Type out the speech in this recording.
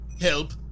Help